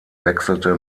wechselte